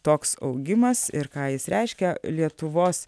toks augimas ir ką jis reiškia lietuvos